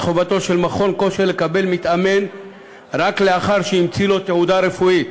את חובתו של מכון כושר לקבל מתאמן רק לאחר שהמציא לו תעודה רפואית